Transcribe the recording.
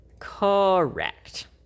Correct